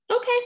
Okay